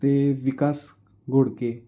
ते विकास गोडके